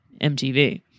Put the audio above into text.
MTV